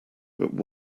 but